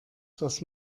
das